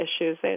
issues